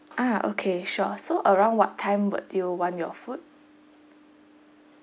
ah okay sure so around what time would you want your food